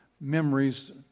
memories